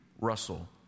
Russell